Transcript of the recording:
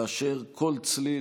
ואשר כל צליל,